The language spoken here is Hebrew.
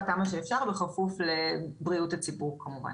כמה שאפשר ובכפוף לבריאות הציבור כמובן.